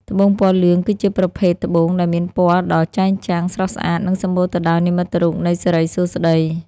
ត្បូងពណ៌លឿង គឺជាប្រភេទត្បូងដែលមានពណ៌ដ៏ចែងចាំង ស្រស់ស្អាត និងសម្បូរទៅដោយនិមិត្តរូបនៃសិរីសួស្តី។